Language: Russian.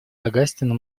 огастину